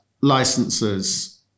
licenses